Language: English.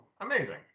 amazing